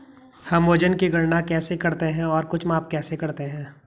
हम वजन की गणना कैसे करते हैं और कुछ माप कैसे करते हैं?